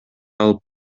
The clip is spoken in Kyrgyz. алып